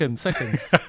seconds